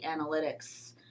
analytics